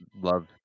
love